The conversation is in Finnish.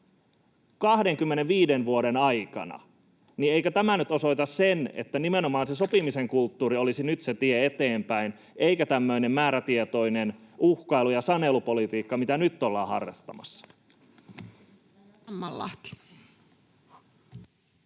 25 vuoden aikana. Eikö tämä nyt osoita sen, että nimenomaan se sopimisen kulttuuri olisi nyt se tie eteenpäin eikä tämmöinen määrätietoinen uhkailu- ja sanelupolitiikka, mitä nyt ollaan harrastamassa?